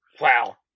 Wow